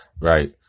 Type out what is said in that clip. right